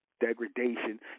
degradation